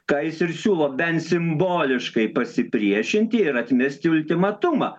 ką jis ir siūlo bent simboliškai pasipriešinti ir atmesti ultimatumą